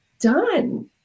done